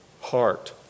heart